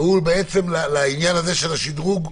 הוא בעצם לעניין של השדרוג.